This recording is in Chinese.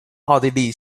奥地利